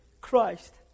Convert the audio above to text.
Christ